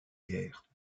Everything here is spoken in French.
guerres